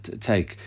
take